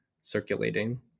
circulating